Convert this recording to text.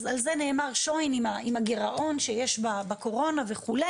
אז על זה נאמר מילא עם הגרעון שיש בקורונה וכו'.